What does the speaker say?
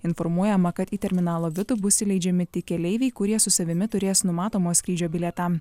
informuojama kad į terminalo vidų bus įleidžiami tik keleiviai kurie su savimi turės numatomo skrydžio bilietą